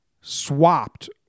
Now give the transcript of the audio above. swapped